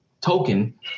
token